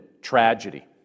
tragedy